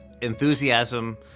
enthusiasm